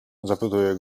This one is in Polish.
zapytuje